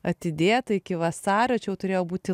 atidėta iki vasario čia jau turėjo būti